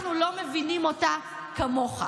אנחנו לא מבינים אותה כמוך.